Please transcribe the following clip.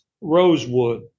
Rosewood